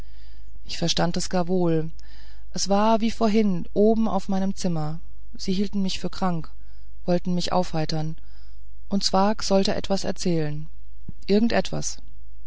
ich verstand gar wohl es war wie vorhin oben auf meinem zimmer sie hielten mich für krank wollten mich aufheitern und zwakh sollte etwas erzählen irgend etwas